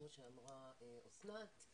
כמו שאמרה אסנת,